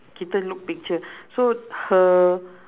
kita look picture so her